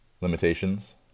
limitations